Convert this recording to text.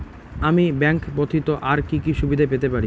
আমি ব্যাংক ব্যথিত আর কি কি সুবিধে পেতে পারি?